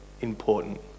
important